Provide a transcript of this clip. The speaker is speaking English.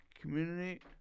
community